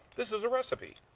this is a recipe!